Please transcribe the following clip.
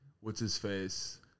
What's-His-Face